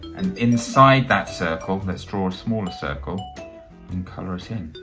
and inside that circle let's draw a smaller circle and colour it in